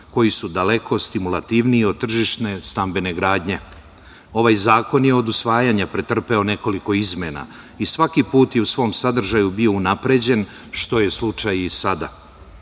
koji su daleko stimulativniji od tržišne stambene gradnje. Ovaj zakon je od usvajanja pretrpeo nekoliko izmena i svaki put je u svom sadržaju bio unapređen, što je slučaj i